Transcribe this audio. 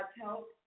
help